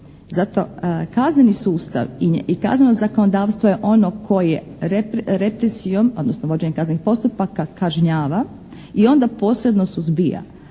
Zato kazneni sustav i kazneno zakonodavstvo je ono koje represijom odnosno vođenjem kaznenih postupaka kažnjava i onda posebno suzbija,